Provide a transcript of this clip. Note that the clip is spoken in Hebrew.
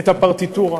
את הפרטיטורה.